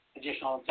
additional